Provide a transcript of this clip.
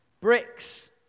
Bricks